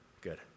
Good